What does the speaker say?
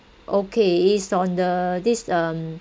okay it's on the this um